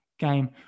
game